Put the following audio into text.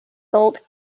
built